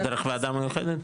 דרך וועדה מיוחדת?